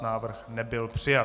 Návrh nebyl přijat.